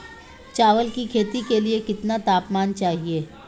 चावल की खेती के लिए कितना तापमान चाहिए?